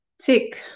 tick